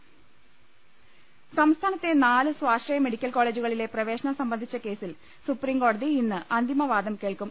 ലലലലലലലലലലലലല സംസ്ഥാനത്തെ നാല് സ്വാശ്രയ മെഡിക്കൽ കോളേ ജുകളിലെ പ്രവേശനം സംബന്ധിച്ച കേസിൽ സുപ്രീം കോടതി ഇന്ന് അന്തിമവാദം കേൾക്കും